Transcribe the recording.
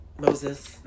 Moses